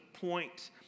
point